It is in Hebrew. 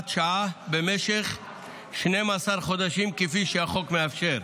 שעה במשך 12 חודשים כפי שהחוק מאפשר.